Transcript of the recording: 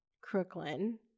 Crooklyn